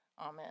Amen